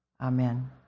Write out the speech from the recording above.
Amen